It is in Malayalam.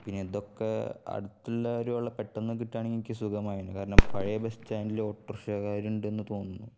പിന്നെ ഇതൊക്കെ അടുത്തുള്ള ഒരാളെ പെട്ടെന്ന് കിട്ടുകയാണെങ്കിൽ എനിക്ക് സുഖമായിന് കാരണം പഴയ ബസ്സ്റ്റാൻഡിൽ ഓട്ടോറിക്ഷക്കാരുണ്ടെന്ന് തോന്നുന്നു